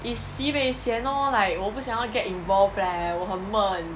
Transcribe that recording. it's sibeh sian lor like 我不想要 get involved leh 我很闷